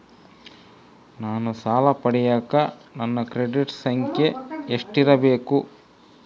ನಾನು ಸಾಲ ಪಡಿಯಕ ನನ್ನ ಕ್ರೆಡಿಟ್ ಸಂಖ್ಯೆ ಎಷ್ಟಿರಬೇಕು?